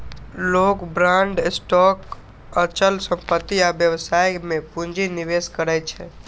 लोग bond, stock, अचल संपत्ति आ व्यवसाय मे पूंजी निवेश करै छै